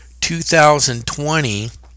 2020